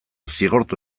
zigortu